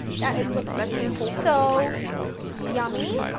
that is looking so yummy!